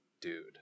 dude